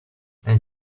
and